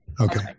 Okay